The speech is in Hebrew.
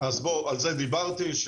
אז על זה דיברתי,